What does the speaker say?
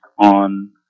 on